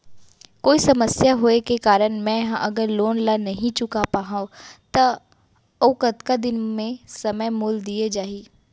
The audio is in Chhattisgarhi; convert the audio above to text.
कोई समस्या होये के कारण मैं हा अगर लोन ला नही चुका पाहव त अऊ कतका दिन में समय मोल दीये जाही?